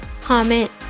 comment